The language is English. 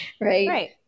Right